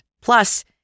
Plus